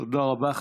תודה רבה.